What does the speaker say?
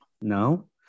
no